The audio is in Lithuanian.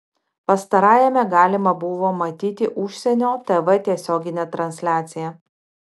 pastarajame galima buvo matyti užsienio tv tiesioginę transliaciją